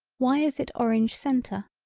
why is it orange centre.